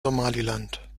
somaliland